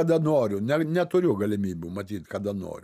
kada noriu ne neturiu galimybių matyt kada noriu